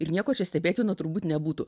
ir nieko čia stebėtino turbūt nebūtų